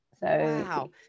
Wow